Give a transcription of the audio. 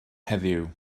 heddiw